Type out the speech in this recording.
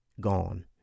gone